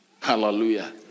Hallelujah